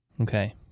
Okay